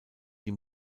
die